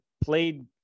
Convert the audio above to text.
played